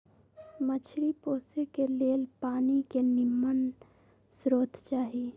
मछरी पोशे के लेल पानी के निम्मन स्रोत चाही